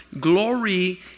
Glory